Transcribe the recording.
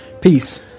Peace